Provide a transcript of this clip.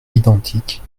identiques